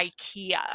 IKEA